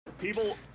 people